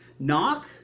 Knock